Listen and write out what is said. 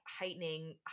heightening